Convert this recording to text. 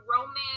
romance